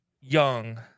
young